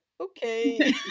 Okay